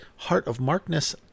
heartofmarkness